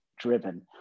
driven